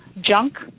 junk